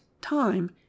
time